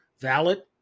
valid